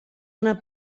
una